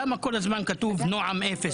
למה כל הזמן כתוב נעם אפס,